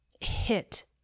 hit